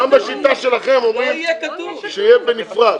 גם בשיטה שלכם אומרים שיהיה בנפרד.